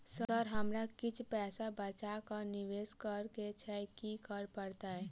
Sir हमरा किछ पैसा बचा कऽ निवेश करऽ केँ छैय की करऽ परतै?